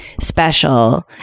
Special